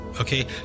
okay